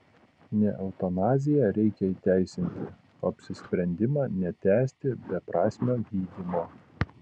ne eutanaziją reikia įteisinti o apsisprendimą netęsti beprasmio gydymo